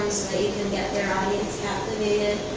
you can get their audience captivated.